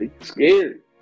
scared